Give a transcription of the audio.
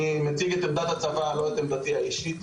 אני מציג את עמדת הצבא, לא את עמדתי האישית.